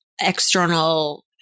external